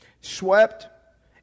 Swept